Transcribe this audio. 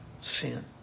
sin